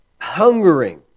hungering